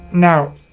Now